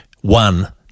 One